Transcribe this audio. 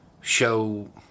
show